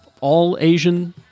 all-Asian